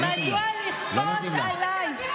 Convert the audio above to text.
לא נותנים לה.